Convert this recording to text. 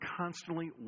constantly